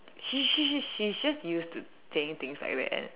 she she she she is just used to saying things like that and